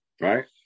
right